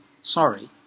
Sorry